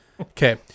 Okay